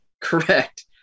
Correct